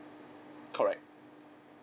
correct